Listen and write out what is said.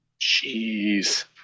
Jeez